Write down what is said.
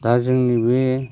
दा जोंनि बे